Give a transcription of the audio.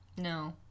No